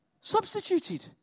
Substituted